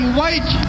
white